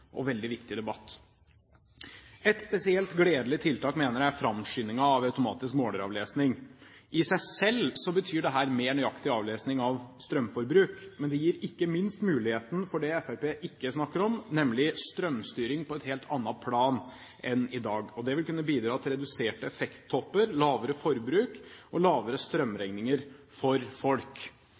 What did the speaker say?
og veldig viktig debatt. Et spesielt gledelig tiltak mener jeg er framskyndingen av automatisk måleravlesning. I seg selv betyr dette mer nøyaktig avlesning av strømforbruk, men det gir ikke minst muligheten for det Fremskrittspartiet ikke snakker om, nemlig strømstyring på et helt annet plan enn i dag. Det vil kunne bidra til reduserte effekttopper, lavere forbruk og lavere strømregninger for folk.